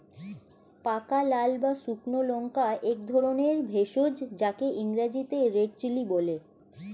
পাকা লাল বা শুকনো লঙ্কা একধরনের ভেষজ যাকে ইংরেজিতে রেড চিলি বলে